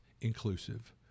inclusive